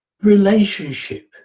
relationship